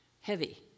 heavy